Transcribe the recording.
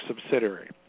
subsidiary